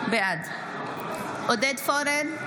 בעד עודד פורר,